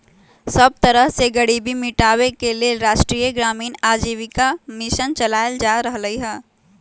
सब तरह से गरीबी मिटाबे के लेल राष्ट्रीय ग्रामीण आजीविका मिशन चलाएल जा रहलई ह